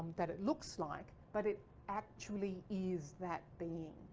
that it looks like, but it actually is that being.